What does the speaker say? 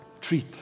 treat